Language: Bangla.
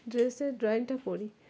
ড্রেসের ড্রয়িংটা করি